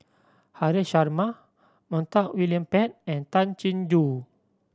Haresh Sharma Montague William Pett and Tay Chin Joo